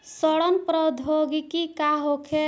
सड़न प्रधौगिकी का होखे?